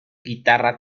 guitarra